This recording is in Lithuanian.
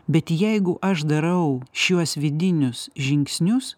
bet jeigu aš darau šiuos vidinius žingsnius